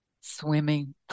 Swimming